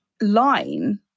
line